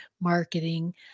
marketing